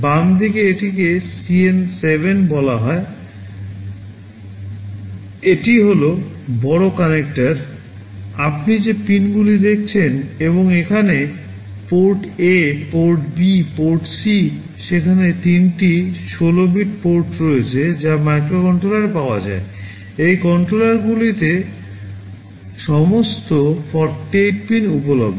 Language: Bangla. বাম দিকে এটিকে CN7 বলা হয় এটি হল বড় সংযোজক গুলিতে সমস্ত 48 পিন উপলব্ধ